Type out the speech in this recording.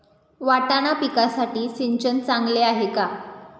वाटाणा पिकासाठी सिंचन चांगले आहे का?